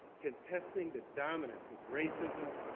contesting the dominance of racism,